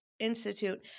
Institute